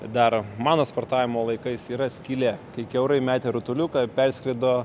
dar mano sportavimo laikais yra skylė kai kiaurai metė rutuliuką ir perskrido